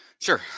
Sure